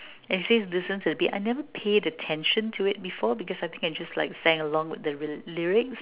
and he says listen to the beats I never paid attention to it before because I think I just like sang along with the lyrics